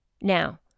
Now